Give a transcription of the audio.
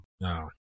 no